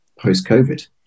post-COVID